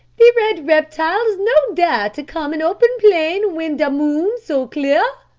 the red reptiles no dare to come in open plain when de moon so clear.